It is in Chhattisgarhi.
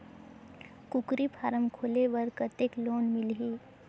कूकरी फारम खोले बर कतेक लोन मिलही?